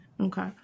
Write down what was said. okay